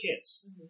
kids